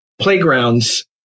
playgrounds